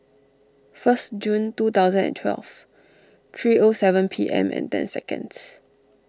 first June two thousand and twelve three O seven P M and ten seconds